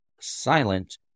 silent